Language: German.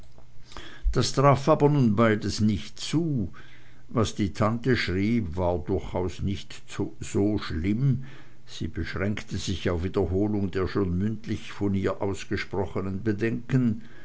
das traf aber nun beides nicht zu was die tante schrieb war durchaus nicht so schlimm sie beschränkte sich auf wiederholung der schon mündlich von ihr ausgesprochenen bedenken